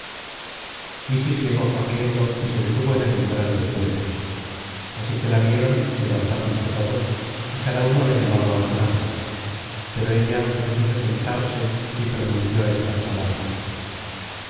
céfiro iris llegó corriendo y se detuvo en el umbral de piedra así que la vieron levantáronse todos y cada uno la llamaba á su lado pero ella no quiso sentarse y pronunció estas palabras